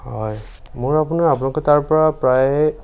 হয় মোৰ আপোনাৰ আপোনালোকৰ তাৰপৰা প্ৰায়